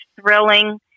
thrilling